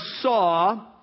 saw